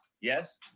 yes